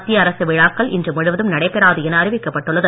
மத்திய அரசு விழாக்கள் இன்று முழுவதும் நடைபெறாது என அறிவிக்கப்பட்டுள்ளது